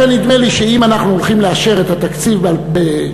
לכן נדמה לי שאם אנחנו הולכים לאשר את התקציב ביולי,